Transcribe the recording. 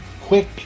quick